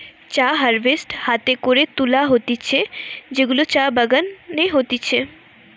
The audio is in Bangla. চা হারভেস্ট হাতে করে তুলা হতিছে যেগুলা চা বাগানে হতিছে